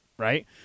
Right